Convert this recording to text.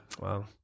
Wow